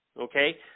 Okay